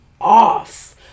off